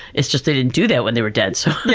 it's just they didn't do that when they were dead, so.